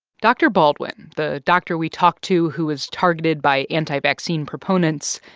dr. baldwin, the doctor we talked to who was targeted by anti-vaccine proponents,